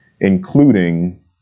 including